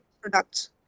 products